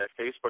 Facebook